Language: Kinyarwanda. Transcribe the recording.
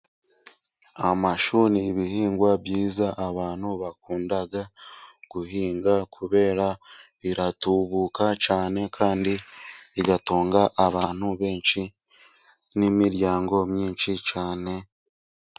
Amashu ni ibihingwa byiza abantu bakunda guhinga kubera iratubuka cyane, kandi bigatunga abantu benshi n'imiryango myinshi cyane.